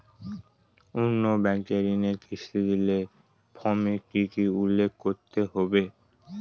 অন্য ব্যাঙ্কে ঋণের কিস্তি দিলে ফর্মে কি কী উল্লেখ করতে হবে?